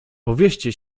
powieście